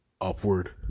upward